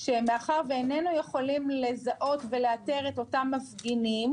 מאחר שאיננו יכולים לזהות ולאתר את אותם מפגינים